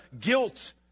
guilt